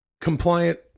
compliant